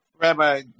Rabbi